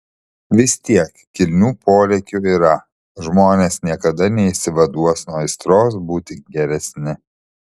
vis tiek kilnių polėkių yra žmonės niekada neišsivaduos nuo aistros būti geresni